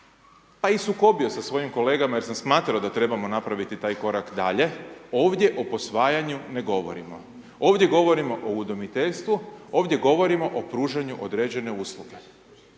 pa i sukobio sa svojim kolegama jer sam smatrao da trebamo napraviti taj korak dalje, ovdje o posvajanju ne govorimo, ovdje govorimo o udomiteljstvu, ovdje govorimo o pružanju određene usluge